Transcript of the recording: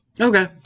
Okay